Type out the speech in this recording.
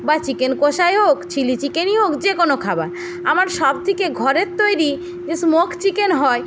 বা চিকেন কষাই হোক চিলি চিকেনই হোক যে কোনো খাবার আমার সবথেকে ঘরের তৈরি যে স্মোক চিকেন হয়